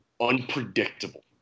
unpredictable